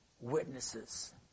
witnesses